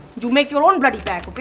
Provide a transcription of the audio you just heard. you make your own bloody pack. but but